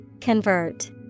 Convert